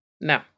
No